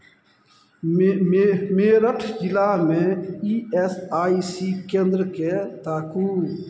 मे मे मेरठ जिलामे ई एस आई सी केन्द्रकेँ ताकू